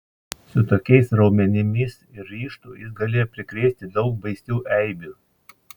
su tokiais raumenimis ir ryžtu jis galėjo prikrėsti daug baisių eibių